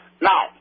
Now